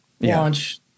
launch